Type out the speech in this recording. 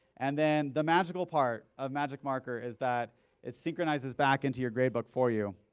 and then, the magical part of magicmarker is that it synchronizes back into your gradebook for you.